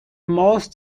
most